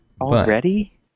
already